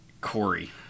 Corey